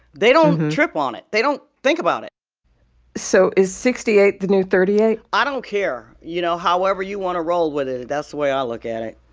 they don't trip on it. they don't think about it so is sixty eight the new thirty eight? i don't care, you know? however you want to roll with it it that's the way i look at it,